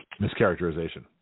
mischaracterization